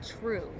true